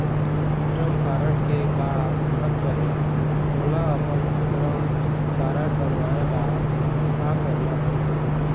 श्रम कारड के का महत्व हे, मोला अपन श्रम कारड बनवाए बार का करना पढ़ही?